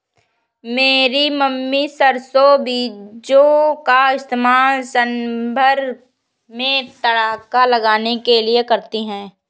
मेरी मम्मी सरसों बीजों का इस्तेमाल सांभर में तड़का लगाने के लिए करती है